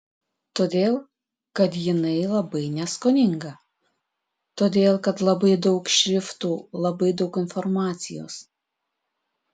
todėl kad jinai labai neskoninga todėl kad labai daug šriftų labai daug informacijos